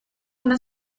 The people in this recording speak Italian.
una